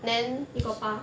you got 拔